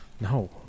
No